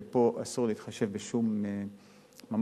ופה אסור להתחשב בשום משאב,